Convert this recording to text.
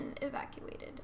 evacuated